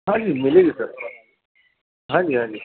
ہاں جی ملے گی سر ہاں جی ہاں جی